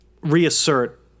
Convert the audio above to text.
reassert